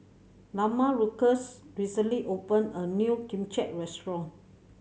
Lamarcus recently opened a new Kimbap Restaurant